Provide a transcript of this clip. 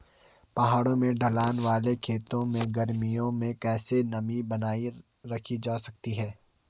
पहाड़ों में ढलान वाले खेतों में गर्मियों में कैसे नमी बनायी रखी जा सकती है?